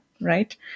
right